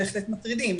בהחלט מטרידים,